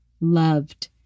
loved